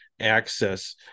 access